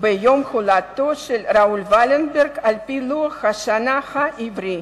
ביום הולדתו של ראול ולנברג על-פי לוח השנה העברי,